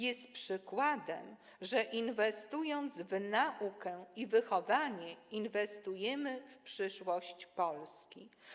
Jest przykładem, że inwestując w naukę i wychowanie, inwestujemy w przyszłość Polski.